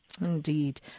Indeed